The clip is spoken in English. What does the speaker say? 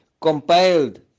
compiled